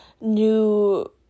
new